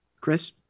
Chris